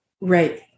right